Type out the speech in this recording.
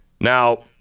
Now